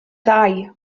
ddau